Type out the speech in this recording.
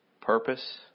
purpose